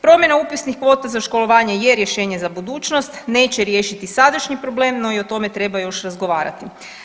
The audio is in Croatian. Promjena upisnih kvota za školovanje je rješenje za budućnost, neće riješiti sadašnji problem no i o tome treba još razgovarati.